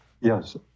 yes